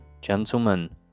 gentlemen